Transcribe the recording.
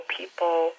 people